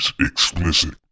explicit